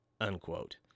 unquote